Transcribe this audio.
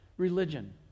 Religion